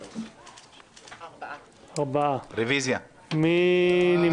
הצבעה בעד, 6 נגד, 4 נמנעים,